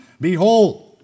behold